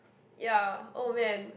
ya oh man